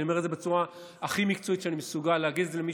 אני אומר את זה בצורה הכי מקצועית שאני מסוגל להגיד למי